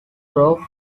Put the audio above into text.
through